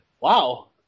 Wow